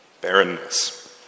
Barrenness